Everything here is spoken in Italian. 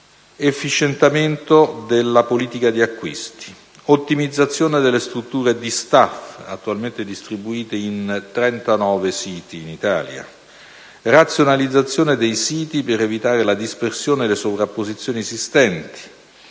efficientamento della politica di acquisti; ottimizzazione delle strutture di *staff*, attualmente distribuite in 39 siti in Italia; razionalizzazione dei siti per evitare la dispersione e le sovrapposizioni esistenti;